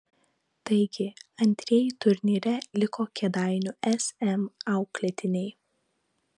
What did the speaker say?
taigi antrieji turnyre liko kėdainių sm auklėtiniai